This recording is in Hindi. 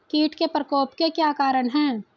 कीट के प्रकोप के क्या कारण हैं?